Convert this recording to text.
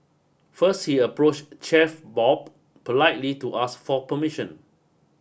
first she approached Chef Bob politely to ask for permission